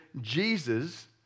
Jesus